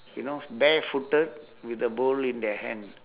you know barefooted with a bowl in their hand